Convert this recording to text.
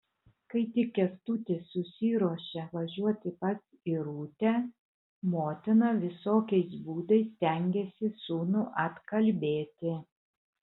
kai tik kęstutis susiruošė važiuoti pas irutę motina visokiais būdais stengėsi sūnų atkalbėti